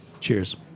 Cheers